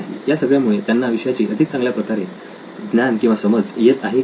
या सगळ्यामुळे त्यांना विषयाची अधिक चांगल्या प्रकारे ज्ञान किंवा समाज येत आहे की नाही